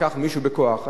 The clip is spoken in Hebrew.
לקח ממישהו בכוח,